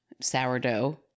sourdough